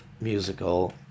musical